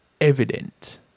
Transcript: evident